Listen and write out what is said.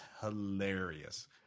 hilarious